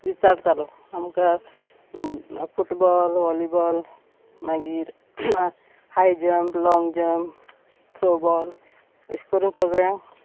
विचारतालो आमकां football volleyball मागीर high jump long jump throwball अश करून सगळ्यांक